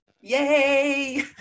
Yay